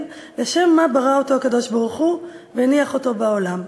לשם מה ברא אותו הקדוש-ברוך-הוא והניח אותו בעולם,